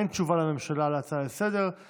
אין תשובה לממשלה על ההצעה לסדר-היום.